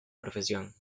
profesión